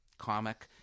comic